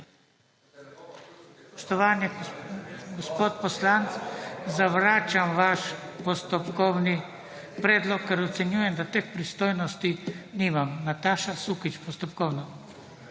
spoštovani gospod poslanec, zavračam vaš postopkovni predlog, ker ocenjujem, da teh pristojnosti nimam. Nataša Sukič, postopkovno.